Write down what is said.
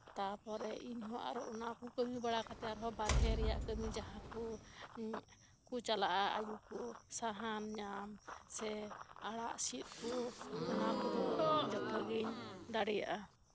ᱛᱟᱯᱚᱨᱮ ᱤᱧᱦᱚ ᱟᱨᱚ ᱚᱱᱟᱠᱚ ᱠᱟᱹᱢᱤ ᱵᱟᱲᱟ ᱠᱟᱛᱮᱫ ᱟᱨ ᱦᱚᱸ ᱵᱟᱨᱦᱮ ᱨᱮᱭᱟᱜ ᱠᱟᱹᱢᱤ ᱡᱟᱦᱟᱸᱠᱚ ᱠᱚ ᱪᱟᱞᱟᱜᱼᱟ ᱟᱭᱳᱠᱚ ᱥᱟᱦᱟᱱ ᱧᱟᱢ ᱥᱮ ᱟᱲᱟᱜ ᱥᱤᱫᱠᱚ ᱚᱱᱟᱠᱚᱫᱚ ᱡᱷᱚᱛᱚᱜᱤᱧ ᱫᱟᱲᱮᱭᱟᱜᱼᱟ